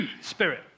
spirit